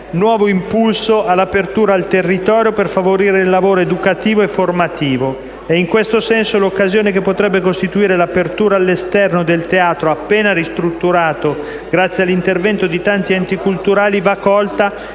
nuovo impulso all'apertura al territorio per favorire il lavoro educativo e formativo, e in questo senso l'occasione che potrebbe costituire l'apertura all'esterno del teatro, appena ristrutturato grazie all'intervento di tanti enti culturali, va colta